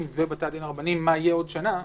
ובתי הדין הרבניים מה יהיה בעוד שנה,